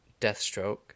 Deathstroke